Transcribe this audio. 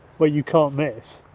where you cannot miss.